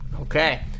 Okay